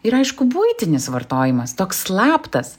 ir aišku buitinis vartojimas toks slaptas